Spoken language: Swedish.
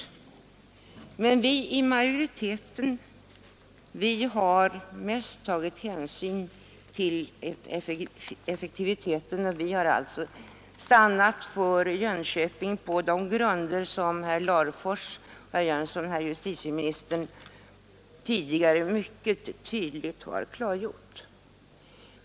Vi som är i majoritet har som sagt mest tagit hänsyn till effektiviteten och därför stannat för Jönköping på de grunder som herr Larfors, herr Jönsson och herr justitieministern tidigare mycket tydligt har redovisat.